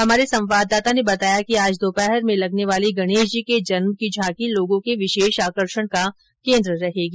हमारे संवाददाता ने बताया कि आज दोपहर में लगने वाली गणेश जी के जन्म को झांकी लोगों के विशेष आकर्षण का केन्द्र रहेगी